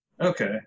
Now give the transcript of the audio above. Okay